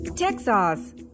Texas